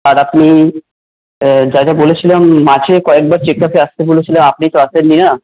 আর আপনি যা যা বলেছিলাম মাঝে কয়েকবার চেক আপে আসতে বলেছিলাম আপনি তো আসেননি না